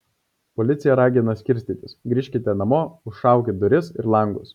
policija ragina skirstytis grįžkite namo užšaukit duris ir langus